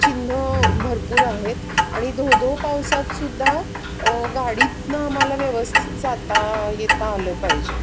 चिन्हं भरपूर आहेत आणि धोधो पावसातसुद्धा गाडीतनं आम्हाला व्यवस्थित जाता येता आलं पाहिजे